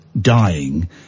dying